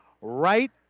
right